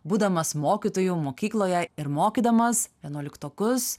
būdamas mokytoju mokykloje ir mokydamas vienuoliktokus